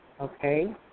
okay